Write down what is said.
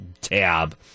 tab